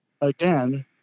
again